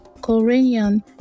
Korean